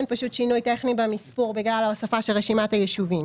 פשוט שינוי טכני במספור בגלל ההוספה של רשימת היישובים.